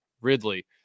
Ridley